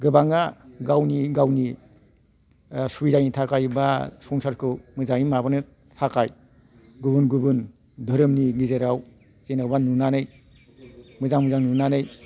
गोबांआ गावनि गावनि सुबिदानि थाखायबा संसारखौ मोजाङै माबानो थाखाय गुबुन गुबुन धोरोमनि गेजेराव जेन'बा नुनानै मोजां मोजां नुनानै